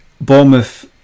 Bournemouth